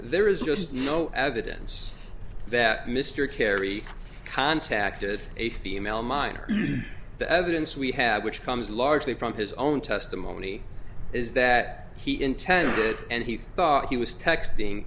there is just no evidence that mr kerry contacted a female miner the evidence we have which comes largely from his own testimony is that he intended and he thought he was text